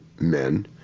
men